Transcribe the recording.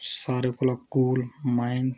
सारें कोला cool mind